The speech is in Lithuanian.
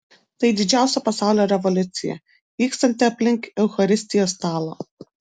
tai didžiausia pasaulio revoliucija vykstanti aplink eucharistijos stalą